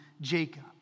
Jacob